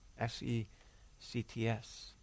S-E-C-T-S